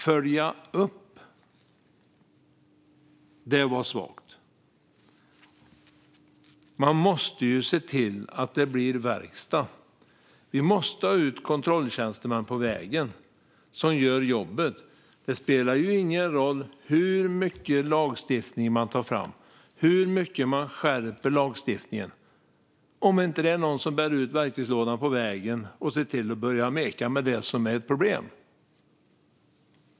"Följa upp" - det var svagt. Man måste ju se till att det blir verkstad. Vi måste ha ut kontrolltjänstemän på vägen som gör jobbet. Det spelar ingen roll hur mycket lagstiftning man tar fram och hur mycket man skärper lagstiftningen om det inte är någon som bär ut verktygslådan på vägen och ser till att börja meka med det som är ett problem.